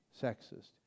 sexist